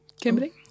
Kimberly